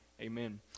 Amen